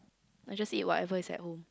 I just eat whatever is at home